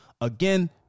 Again